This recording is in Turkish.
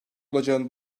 olacağını